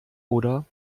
oder